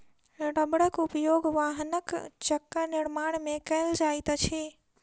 रबड़क उपयोग वाहनक चक्का निर्माण में कयल जाइत अछि